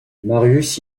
marius